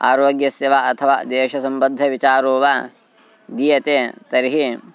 आरोग्यस्य वा अथवा देशसम्बद्धविचारो वा दीयते तर्हि